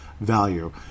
value